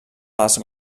les